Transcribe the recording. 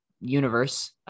universe